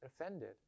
offended